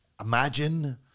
imagine